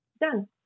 done